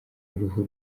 uruhu